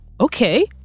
okay